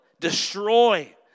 destroy